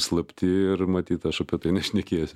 slapti ir matyt aš apie tai nešnekėsiu